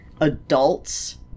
adults